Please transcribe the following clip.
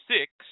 six